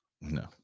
No